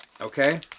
Okay